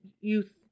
youth